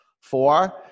Four